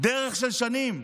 דרך של שנים.